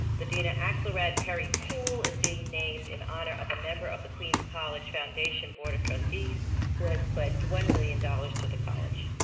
the deena axelrod perry pool is being named in honor of a member of the queens college foundation board of trustees who has pledged one million dollars dollars to the college.